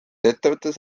ettevõttes